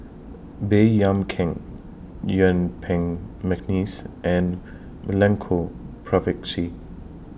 Baey Yam Keng Yuen Peng Mcneice and Milenko Prvacki